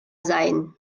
sein